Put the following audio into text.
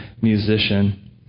musician